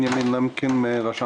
מחלקת מוסדות ציבור ומלכ"רים ברשות